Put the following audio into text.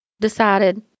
decided